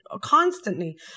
constantly